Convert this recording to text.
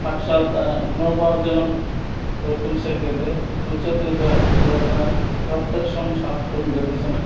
साक्षात् धनोपार्जनं कर्तुं शक्यते उच्यते च यत् प्रत्यक्षं शास्त्रं ज्योतिषम्